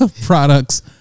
products